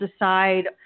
decide